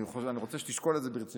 אני רוצה שתשקול את זה ברצינות.